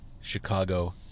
Chicago